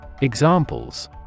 Examples